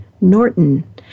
Norton